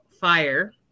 fire